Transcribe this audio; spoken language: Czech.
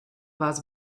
vás